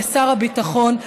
לשר הביטחון,